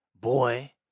boy